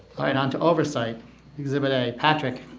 right on to oversight exhibit a patrick